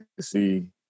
see